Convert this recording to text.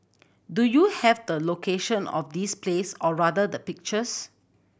do you have the location of this place or rather the pictures